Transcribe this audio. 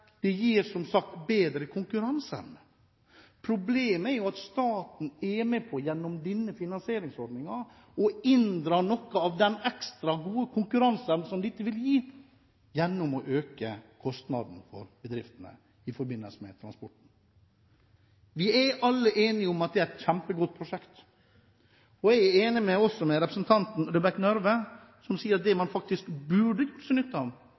Det gir, som sagt, bedre konkurranseevne. Problemet er at staten gjennom denne finansieringsordningen er med på å inndra noe av den ekstra gode konkurranseevnen som dette ville gitt, gjennom å øke kostnadene for bedriftene i forbindelse med transport. Vi er alle enige om at dette er et kjempegodt prosjekt. Jeg er enig med representanten Røbekk Nørve, som sier at det man burde benyttet seg av,